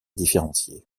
différencier